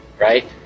Right